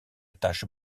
taches